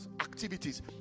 activities